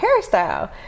hairstyle